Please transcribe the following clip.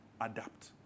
adapt